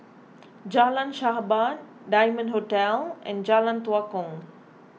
Jalan Sahabat Diamond Hotel and Jalan Tua Kong